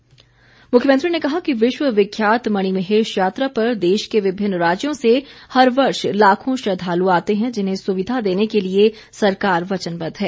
मुख्यमंत्री दो मुख्यमंत्री ने कहा कि विश्वविख्यात मणिमहेश यात्रा पर देश के विभिन्न राज्यों से हर वर्ष लाखों श्रद्वालु आते हैं जिन्हें सुविधा देने के लिए सरकार वचनबद्ध है